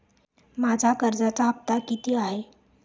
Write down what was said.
माझा कर्जाचा हफ्ता किती आहे?